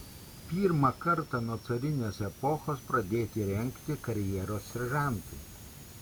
pirmą kartą nuo carinės epochos pradėti rengti karjeros seržantai